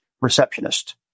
receptionist